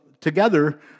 together